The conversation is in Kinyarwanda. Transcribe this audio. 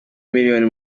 miliyoni